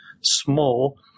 small